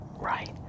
Right